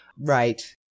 right